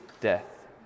death